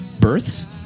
Births